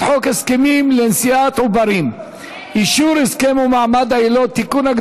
הצעת חוק הסכמים לנשיאת עוברים (אישור הסכם ומעמד היילוד) (תיקון,